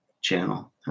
channel